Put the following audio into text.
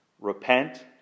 Repent